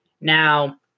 Now